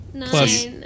plus